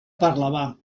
parlavà